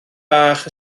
bach